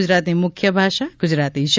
ગુજરાતની મુખ્ય ભાષા ગુજરાતી છે